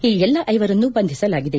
ಈ ಎಲ್ಲ ಐವರನ್ನು ಬಂಧಿಸಲಾಗಿದೆ